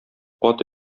каты